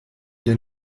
den